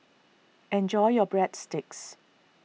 enjoy your Breadsticks